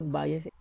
bias